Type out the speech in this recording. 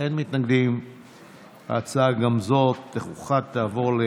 ההצעה להעביר את הצעת חוק מעונות יום שיקומיים (תיקון,